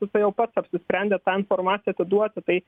jisai jau pats apsisprendė tą informaciją atiduoti tai